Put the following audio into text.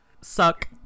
suck